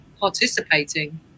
participating